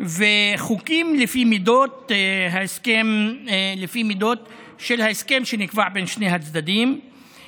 וחוקים לפי מידות של ההסכם שנקבע בין שני הצדדים,